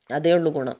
അതേയുള്ളു ഗുണം